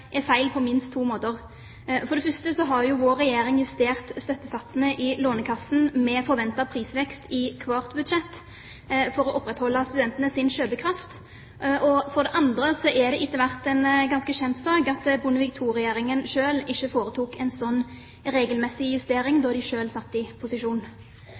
er feil på minst to måter. For det første har vår regjering justert støttesatsene i Lånekassen med forventet prisvekst i hvert budsjett for å opprettholde studentenes kjøpekraft. For det andre er det etter hvert en ganske kjent sak at Bondevik II-regjeringen ikke foretok en slik regelmessig justering da den satt i posisjon.